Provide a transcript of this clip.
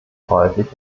häufig